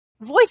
voice